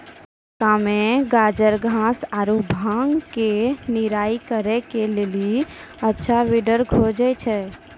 मक्का मे गाजरघास आरु भांग के निराई करे के लेली अच्छा वीडर खोजे छैय?